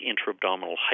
intra-abdominal